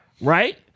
Right